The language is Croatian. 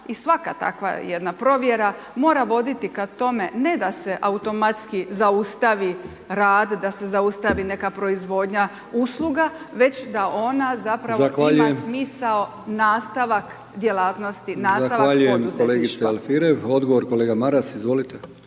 i svaka takva jedna provjera mora voditi ka tome ne da se automatski zaustavi rad, da se zaustavi neka proizvodnja usluga već da ona zapravo ima smisao, nastavak djelatnosti, nastavak poduzetništva. **Brkić, Milijan (HDZ)** Zahvaljujem kolegici Alfirev, odgovor kolega Maras. Izvolite.